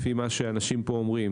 לפי מה שאנשים פה אומרים,